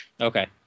Okay